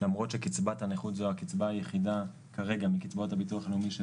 למרות שקצבת הנכות זו הקצבה היחידה כרגע מקצבאות הביטוח הלאומי,